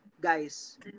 guys